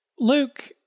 Luke